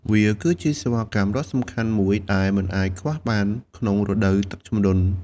វាគឺជាសេវាកម្មដ៏សំខាន់មួយដែលមិនអាចខ្វះបានក្នុងរដូវទឹកជំនន់។